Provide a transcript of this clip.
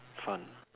fun